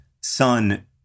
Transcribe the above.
son